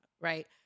right